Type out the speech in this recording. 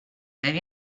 have